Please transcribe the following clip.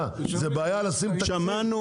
זה בעיה לשים תקציב